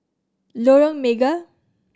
Lorong Mega